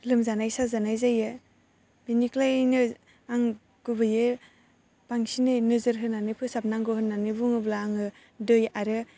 लोमजानाय साजानाय जायो बिनिखायनो आं गुबैयै बांसिनै नोजोर होनानै फोसाबनांगौ होननानै बुङोब्ला आङो दै आरो